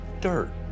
dirt